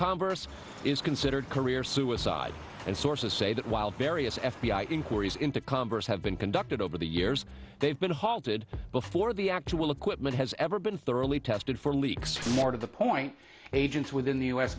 congress is considered career suicide and sources say that while various f b i inquiries into congress have been conducted over the years they've been halted before the actual equipment has ever been thoroughly tested for leaks more to the point agents within the u